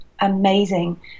amazing